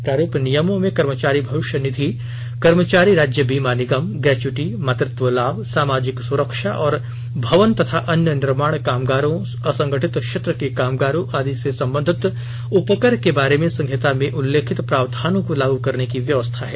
प्रारूप नियमों में कर्मचारी भविष्य निधि कर्मचारी राज्य बीमा निगम ग्रेच्य्टी मातृत्व लाभ सामाजिक सुरक्षा और भवन तथा अन्य निर्माण कामगारों असंगठित क्षेत्र के कामगारों आदि से संबंधित उपकर के बार्रे में संहिता में उल्लिखित प्रावधानों को लागू करने की व्यवस्था है